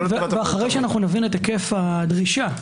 אחרי שנבין את היקף הדרישה,